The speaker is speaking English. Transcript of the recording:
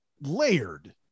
layered